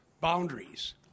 boundaries